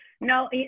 No